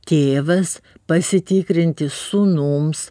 tėvas pasitikrinti sūnums